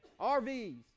RVs